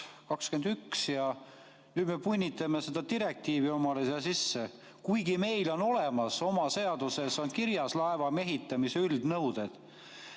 2021 ja nüüd me punnitame seda direktiivi omale siia sisse, kuigi meil on oma seaduses kirjas laeva mehitamise üldnõuded.